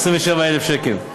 6,027,000 שקלים חדשים,